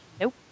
Nope